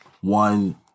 One